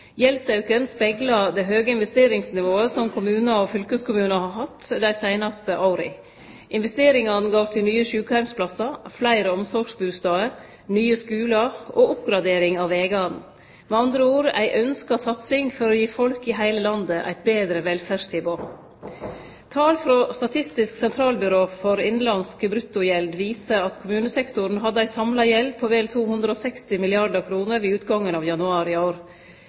speglar det høge investeringsnivået som kommunane og fylkeskommunane har hatt dei seinaste åra. Investeringane går til nye sjukeheimsplassar, fleire omsorgsbustader, nye skular og oppgradering av vegane, med andre ord ei ynskt satsing for å gi folk i hele landet eit betre velferdstilbod. Tal frå Statistisk sentralbyrå for innanlandsk bruttogjeld viser at kommunesektoren hadde ei samla gjeld på vel 260 milliardar kr ved utgangen av januar i år.